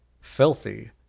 filthy